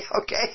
Okay